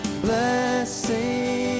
blessing